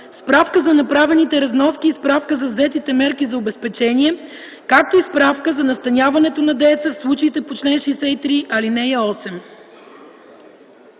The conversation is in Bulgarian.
справка за направените разноски и справка за взетите мерки за обезпечение, както и справка за настаняването на дееца в случаите по чл. 63, ал. 8.”